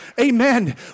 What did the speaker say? Amen